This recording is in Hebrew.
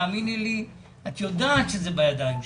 תאמיני לי את יודעת שזה בידיים שלך.